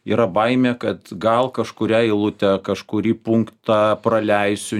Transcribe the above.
yra baimė kad gal kažkurią eilutę kažkurį punktą praleisiu